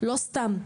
לא סתם,